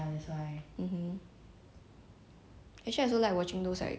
chinese T_V show like 中国好声音 then like 偶像练习生 all those